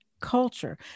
culture